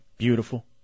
Beautiful